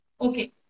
Okay